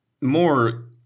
more